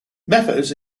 methods